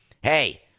Hey